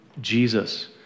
Jesus